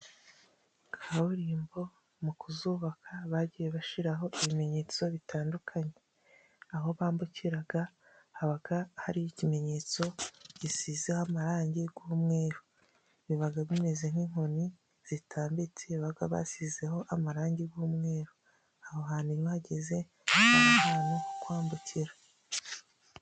Kaburimbo mu kuzubaka bagiye bashiraho ibimenyetso bitandukanye. Aho bambukira haba hari ikimenyetso bisize amarangi y'umweru. Aba ameze nk'inkoni zitambitse baba basizeho amarangi y'umweru. Aho hantu iyo uhageze hari ahantu ho kwambukira.